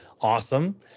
Awesome